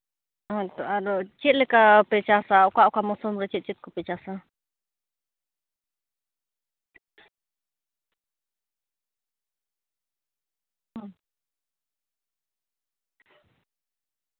ᱦᱮᱸᱛᱚ ᱟᱨ ᱪᱮᱫᱞᱮᱠᱟ ᱯᱮ ᱪᱟᱥᱟ ᱚᱠᱟ ᱚᱠᱟ ᱢᱚᱨᱥᱩᱢ ᱨᱮ ᱪᱮᱫ ᱪᱮᱫ ᱠᱚᱯᱮ ᱪᱟᱥᱟ